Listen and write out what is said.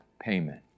payment